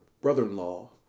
brother-in-law